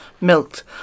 milked